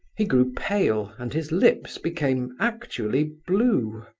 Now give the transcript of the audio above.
he grew pale, and his lips became actually blue.